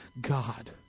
God